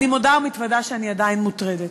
אני מודה ומתוודה שאני עדיין מוטרדת.